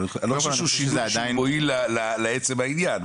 אבל אני לא חושב שזה שינוי שמועיל לעצם העניין.